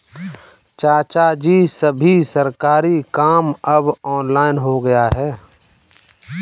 चाचाजी, सभी सरकारी काम अब ऑनलाइन हो गया है